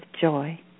joy